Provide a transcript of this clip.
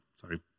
sorry